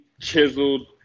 chiseled